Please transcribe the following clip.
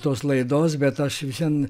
tos laidos bet aš vis vien